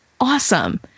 awesome